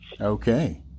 Okay